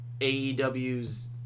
AEW's